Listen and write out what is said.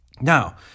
Now